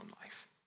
life